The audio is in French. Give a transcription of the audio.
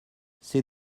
c’est